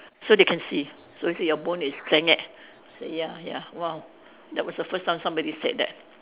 so they can see so they say your bone is senget I said ya ya !wow! that was the first time somebody said that